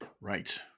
Right